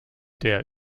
der